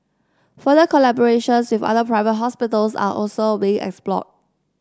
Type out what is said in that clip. further collaborations with other private hospitals are also being explored